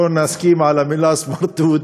בואו נסכים על המילה סמרטוט.